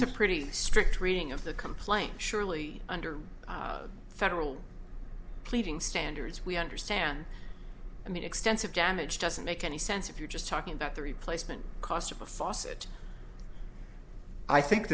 a pretty strict reading of the complaint surely under federal pleading standards we understand and the extensive damage doesn't make any sense if you're just talking about the replacements cost of a faucet i think